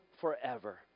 forever